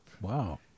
wow